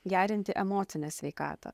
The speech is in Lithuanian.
gerinti emocinę sveikatą